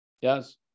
Yes